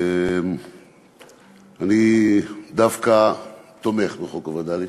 אני דווקא תומך בחוק הווד"לים,